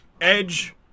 Edge